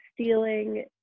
stealing